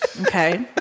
Okay